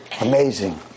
Amazing